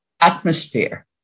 atmosphere